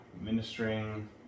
ministering